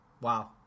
Wow